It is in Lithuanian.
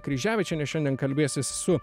kryževičienė šiandien kalbėsis su